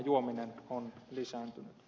ongelmajuominen on lisääntynyt